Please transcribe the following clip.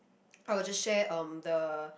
I will just share um the